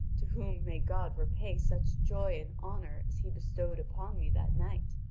to whom may god repay such joy and honour as he bestowed upon me that night,